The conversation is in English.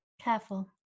careful